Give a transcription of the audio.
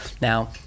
now